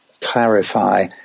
clarify